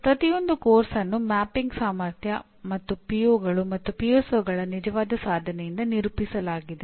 ಪ್ರತಿಯೊಂದು ಪಠ್ಯಕ್ರಮವನ್ನು ಮ್ಯಾಪಿಂಗ್ ಸಾಮರ್ಥ್ಯ ಮತ್ತು ಪಿಒಗಳು ನಿಜವಾದ ಸಾಧನೆಯಿಂದ ನಿರೂಪಿಸಲಾಗಿದೆ